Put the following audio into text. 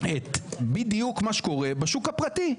את בדיוק מה שקורה בשוק הפרטי.